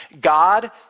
God